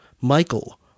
michael